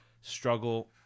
struggle